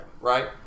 Right